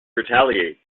retaliates